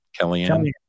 Kellyanne